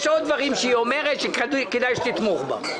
יש עוד דברים שהיא אומרת שכדאי שתתמוך בה.